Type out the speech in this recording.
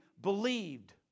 believed